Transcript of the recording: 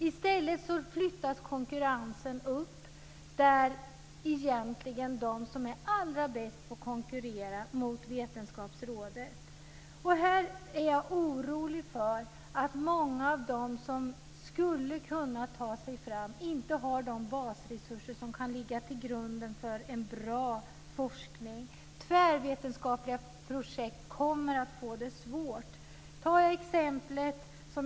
I stället flyttas konkurrensen upp till en nivå där de allra bästa får konkurrera mot vetenskapsrådet. Här är jag orolig för att många av dem som skulle kunna ta sig fram inte har de basresurser som kan ligga till grund för en bra forskning. Det kommer att bli svårt med tvärvetenskapliga projekt.